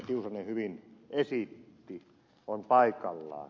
tiusanen hyvin esitti on paikallaan